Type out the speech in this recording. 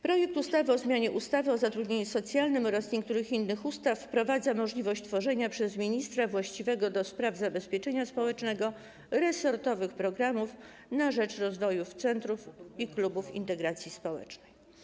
Projekt ustawy o zmianie ustawy o zatrudnieniu socjalnym oraz niektórych innych ustaw wprowadza możliwość tworzenia przez ministra właściwego do spraw zabezpieczenia społecznego resortowych programów na rzecz rozwoju centrów i klubów integracji społecznej.